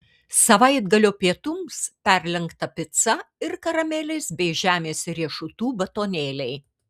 savaitgalio pietums perlenkta pica ir karamelės bei žemės riešutų batonėliai